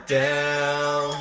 down